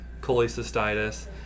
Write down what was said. cholecystitis